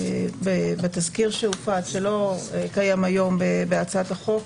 סעיף בתזכיר שהופץ, שלא קיים היום בהצעת החוק,